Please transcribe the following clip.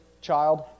child